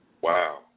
wow